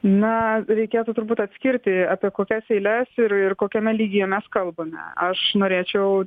na reikėtų turbūt atskirti apie kokias eiles ir ir kokiame lygyje mes kalbame aš norėčiau